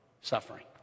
suffering